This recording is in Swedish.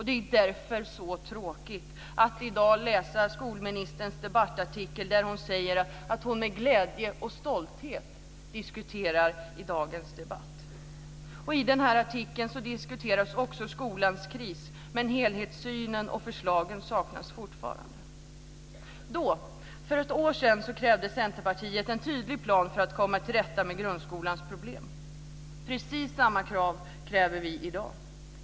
Det är därför som det är så tråkigt att i dag läsa skolministerns debattartikel där hon säger att hon med glädje och stolthet diskuterar i dagens debatt. I artikeln diskuteras också skolans kris, men helhetssynen och förslagen saknas fortfarande. För ett år sedan krävde Centerpartiet en tydlig plan för att man skulle komma till rätta med grundskolans problem. Vi har precis samma krav i dag.